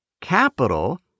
capital